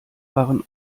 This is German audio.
waren